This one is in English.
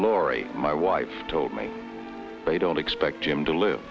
lorry my wife told me they don't expect him to live